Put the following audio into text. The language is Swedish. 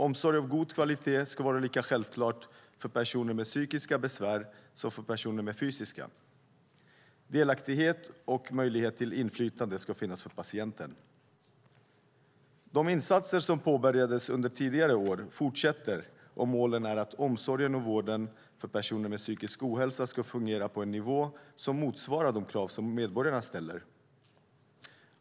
Omsorg av god kvalitet ska vara lika självklar för personer med psykiska besvär som för personer med fysiska. Delaktighet och möjlighet till inflytande ska finnas för patienten. De insatser som påbörjades under tidigare år fortsätter, och målen är att omsorgen och vården för personer med psykisk ohälsa ska fungera på en nivå som motsvarar de krav som medborgarna ställer.